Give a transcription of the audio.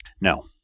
No